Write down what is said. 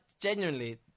genuinely